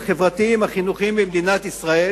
החברתיים-החינוכיים במדינת ישראל